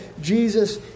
Jesus